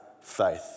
faith